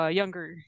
younger